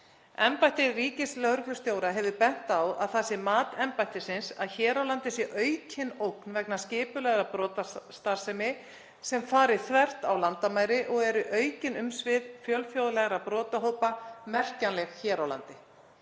Embætti ríkislögreglustjóra hefur bent á að það sé mat embættisins að hér á landi sé aukin ógn vegna skipulagðrar brotastarfsemi sem fari þvert á landamæri og eru aukin umsvif fjölþjóðlegra brotahópa merkjanleg hér á landi.